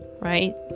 right